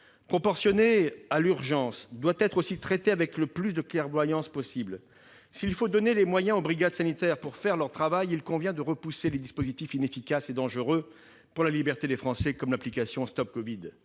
proportionnée à l'urgence doit elle aussi être traitée avec le plus de clairvoyance possible. S'il faut donner les moyens aux brigades sanitaires de faire leur travail, il convient de repousser les dispositifs inefficaces et dangereux pour la liberté des Français, comme l'application StopCovid.